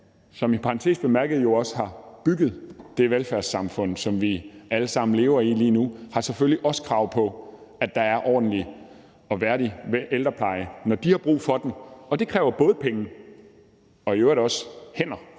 som – i parentes bemærket – også har bygget det velfærdssamfund, som vi alle sammen lever i lige nu, har selvfølgelig også krav på, at der er ordentlig og værdig ældrepleje, når de har brug for den, og det kræver både penge og i øvrigt også hænder.